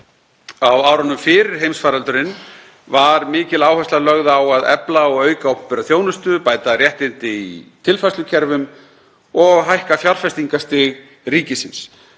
Á árunum fyrir heimsfaraldurinn var mikil áhersla lögð á að efla og auka opinbera þjónustu, bæta réttindi í tilfærslukerfum og hækka fjárfestingarstig ríkisins.